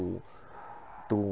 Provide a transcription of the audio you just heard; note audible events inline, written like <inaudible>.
<breath> to